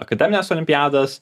akademines olimpiadas